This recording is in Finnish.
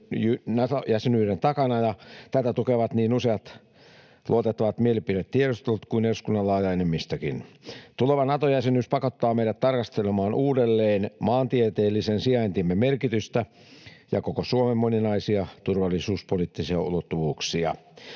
Nato-jäsenyyden takana, ja tätä tukevat niin useat luotettavat mielipidetiedustelut kuin eduskunnan laaja enemmistökin. Tuleva Nato-jäsenyys pakottaa meidät tarkastelemaan uudelleen maantieteellisen sijaintimme merkitystä ja koko Suomen moninaisia turvallisuuspoliittisia ulottuvuuksia.